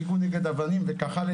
מיגון נגד אבנים וכך הלאה,